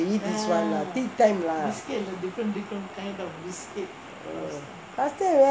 eat this [one] lah tea time lah last time